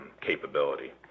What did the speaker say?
capability